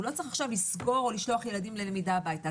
הוא לא צריך עכשיו לסגור או לשלוח ילדים ללמידה הביתה.